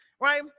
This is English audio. Right